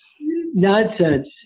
nonsense